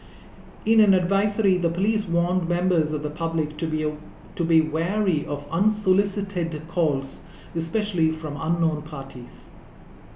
in an advisory the police warned members of the public to be wary of unsolicited calls especially from unknown parties